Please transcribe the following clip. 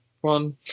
one